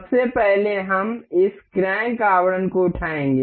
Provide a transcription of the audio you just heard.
सबसे पहले हम इस क्रैंक आवरण को उठाएंगे